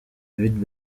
david